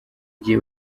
gihe